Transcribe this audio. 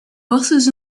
buses